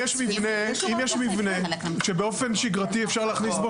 אם יש מבנה שבאופן שיגרתי אפשר להכניס בו